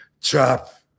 chop